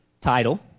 title